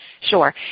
Sure